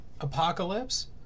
Apocalypse